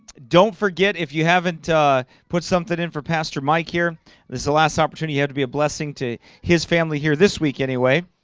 don't forget if you haven't put something in for pastor mike here this is the last opportunity had to be a blessing to his family here this week anyway,